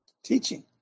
Teaching